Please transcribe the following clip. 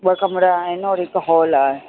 ॿ कमरा आहिनि और हिकु हॉल आहे